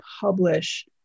publish